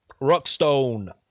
Rockstone